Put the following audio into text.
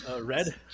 Red